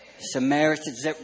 Samaritans